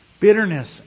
Bitterness